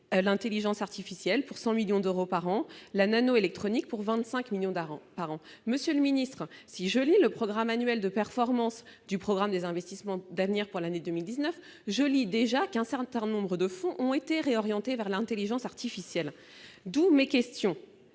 l'intelligence artificielle, pour 100 millions d'euros par an, la nanoélectronique, pour 25 millions d'euros par an. Si je lis le projet annuel de performance du programme des investissements d'avenir pour l'année 2019, je constate qu'un certain nombre de fonds ont déjà été réorientés vers l'intelligence artificielle, d'où mes questions